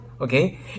Okay